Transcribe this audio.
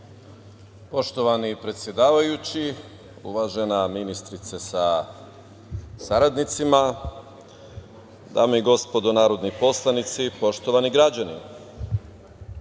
predsedavajući, uvažena ministarko sa saradnicima, dame i gospodo narodni poslanici, poštovani građani